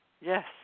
Yes